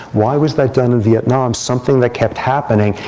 why was that done in vietnam? something that kept happening.